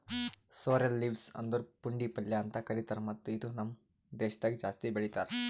sorrel leaves ಅಂದುರ್ ಪುಂಡಿ ಪಲ್ಯ ಅಂತ್ ಕರಿತಾರ್ ಮತ್ತ ಇದು ನಮ್ ದೇಶದಾಗ್ ಜಾಸ್ತಿ ಬೆಳೀತಾರ್